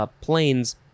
planes